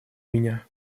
меня